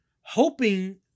hoping